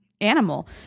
animal